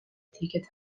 ticket